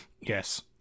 Yes